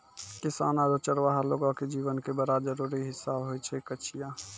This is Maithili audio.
किसान आरो चरवाहा लोगो के जीवन के बड़ा जरूरी हिस्सा होय छै कचिया